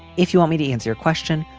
if you want me to answer your question.